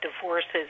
divorces